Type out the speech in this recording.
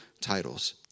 titles